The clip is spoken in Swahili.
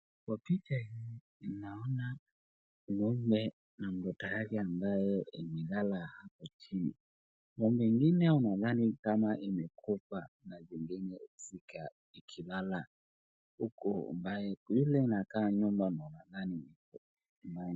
Kwa picha hii naona ng'ombe na mtoto yake ambaye imelala hapo chini. Ng'ombe ingine nadhani kama imekufa na zingine zikilala, huku ambaye ile inakaa nyuma ndio nadhani.